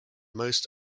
most